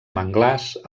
manglars